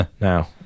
Now